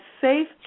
safe